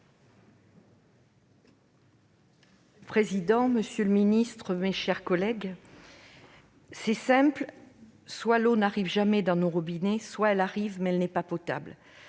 président, monsieur le ministre, mes chers collègues, « c'est simple, soit l'eau n'arrive jamais dans nos robinets, soit elle arrive, mais n'est pas potable